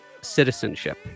citizenship